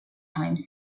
times